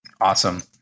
Awesome